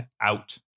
out